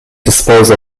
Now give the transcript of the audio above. dispose